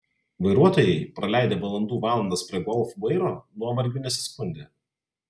vairuotojai praleidę valandų valandas prie golf vairo nuovargiu nesiskundė